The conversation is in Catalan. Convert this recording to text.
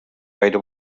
gaire